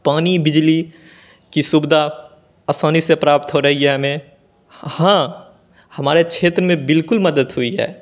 पानी बिजली की सुविधा आसानी से प्राप्त हो रही है हमें हाँ हमारे क्षेत्र में बिल्कुल मदद हुई है